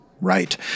right